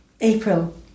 April